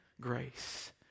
grace